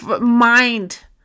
Mind